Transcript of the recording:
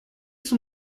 son